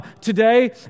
today